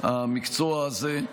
המקצוע הזה.